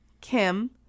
Kim